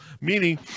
meaning